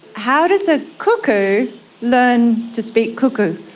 how does a cuckoo learn to speak cuckoo?